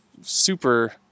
super